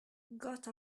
got